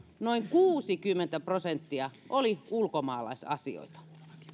noin kuusikymmentä prosenttia oli ulkomaalaisasioita